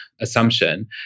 assumption